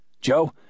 Joe